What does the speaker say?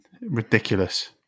Ridiculous